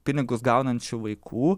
pinigus gaunančių vaikų